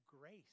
grace